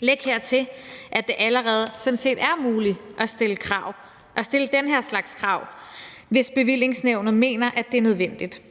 Læg hertil, at det sådan set allerede er muligt at stille den her slags krav, hvis bevillingsnævnet mener, at det er nødvendigt.